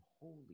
holy